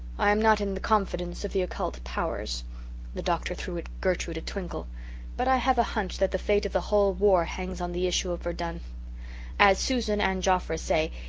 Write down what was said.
i am not in the confidence of the occult powers the doctor threw ah gertrude a twinkle but i have a hunch that the fate of the whole war hangs on the issue of verdun. as susan and joffre say,